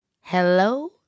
Hello